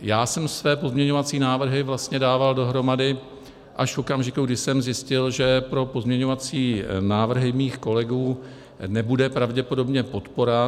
Já jsem své pozměňovací návrhy dával dohromady až v okamžiku, kdy jsem zjistil, že pro pozměňovacími návrhy mých kolegů nebude pravděpodobně podpora.